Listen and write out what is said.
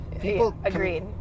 Agreed